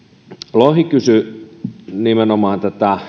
lohi kysyi nimenomaan